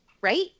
right